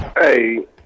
hey